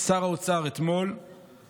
לשר האוצר בכתב,